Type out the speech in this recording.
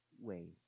ways